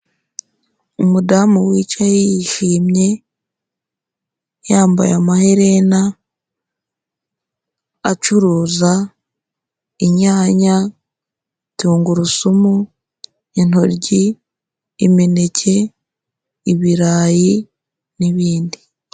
Umudamu wicaye yishimye, yambaye amaherena, acuruza, inyanya, tungurusumu, intoryi, imineke, ibirayi n'ibindi